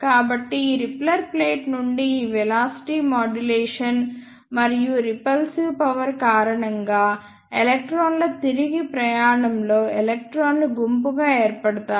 కాబట్టి ఈ repeller plate నుండి ఈ వెలాసిటీ మాడ్యులేషన్ మరియు రిపల్సివ్ పవర్ కారణంగా ఎలక్ట్రాన్ల తిరిగి ప్రయాణంలో ఎలక్ట్రాన్లు గుంపుగా ఏర్పడుతాయి